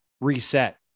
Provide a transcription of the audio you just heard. reset